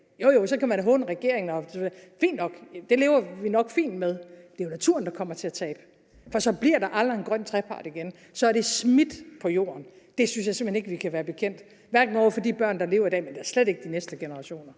Jo jo, så kan man da håne regeringen osv. – fint nok, det lever vi nok fint med. Det er jo naturen, der kommer til at tabe. For så bliver der aldrig en grøn trepart igen. Så er det smidt på jorden. Det synes jeg simpelt hen ikke vi kan være bekendt over for de børn, der lever i dag, og da slet ikke over for de næste generationer.